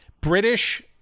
British